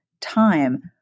time